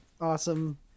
awesome